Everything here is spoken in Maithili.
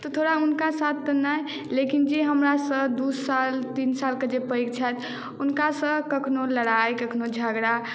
तऽ थोड़ा हुनका साथ नहि लेकिन जे हमरासँ दू साल तीन सालके जे पैघ छथि हुनकासँ कखनो लड़ाइ कखनो झगड़ा